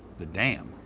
the dam?